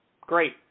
great